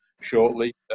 shortly